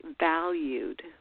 valued